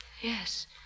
Yes